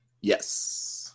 yes